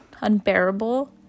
unbearable